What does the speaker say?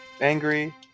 angry